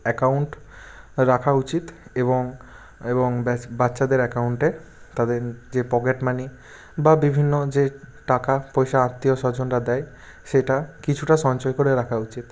account রাখা উচিত এবং এবং ব্যাস বাচ্চাদের অ্যাকাউন্টে তাদের যে পকেট মানি বা বিভিন্ন যে টাকা পয়সা আত্মীয় স্বজনরা দেয় সেটা কিছুটা সঞ্চয় করে রাখা উচিত